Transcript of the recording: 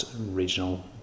regional